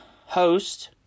host